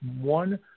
one